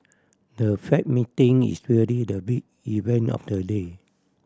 the Fed meeting is really the big event of the day